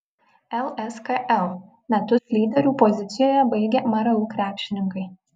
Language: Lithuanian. lskl metus lyderių pozicijoje baigė mru krepšininkai